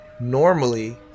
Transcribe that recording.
Normally